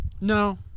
No